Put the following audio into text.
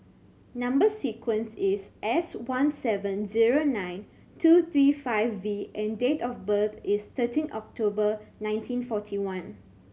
number sequence is S one seven zero nine two three five V and date of birth is thirteen October nineteen forty one